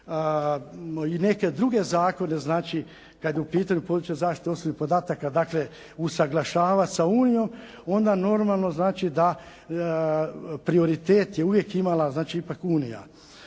i neke druge zakone kada je u pitanju područje zaštite osobnih podataka dakle usuglašavati sa Unijom, onda normalno da prioritet je uvijek imala Unija.